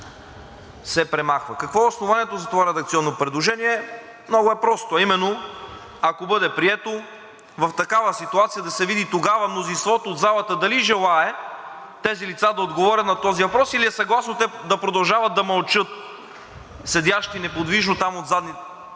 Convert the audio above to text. се премахва. Какво е основанието за това редакционно предложение? Много е просто, а именно, ако бъде прието, в такава ситуация да се види тогава мнозинството в залата дали желае тези лица да отговорят на този въпрос, или те да продължават да мълчат, седящи неподвижно на редовете